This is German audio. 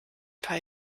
paar